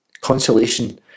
Consolation